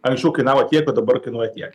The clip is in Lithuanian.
anksčiau kainavo tiek o dabar kainuoja tiek